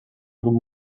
grup